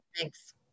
Thanks